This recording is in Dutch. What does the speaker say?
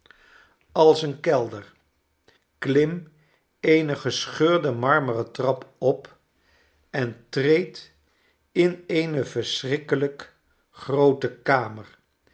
als een kelder klim eene gescheurde mar meren trap op en treed in eene verschrikkelijk groote kamer